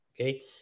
okay